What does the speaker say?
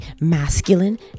masculine